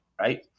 right